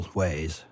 ways